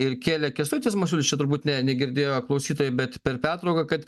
ir kėlė kęstutis masiulis čia turbūt ne negirdėjo klausytojai bet per pertrauką kad